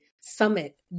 summit